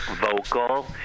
vocal